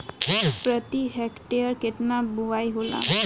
प्रति हेक्टेयर केतना बुआई होला?